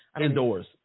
Indoors